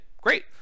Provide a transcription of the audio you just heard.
great